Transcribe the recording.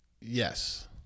yes